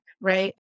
right